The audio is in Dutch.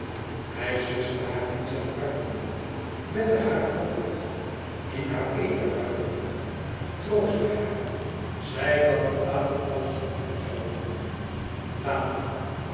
hij suste haar in zijn armen bette haar hoofd het haar eten ruiken troostte haar zei dat het later alles goed weêr zoû worden later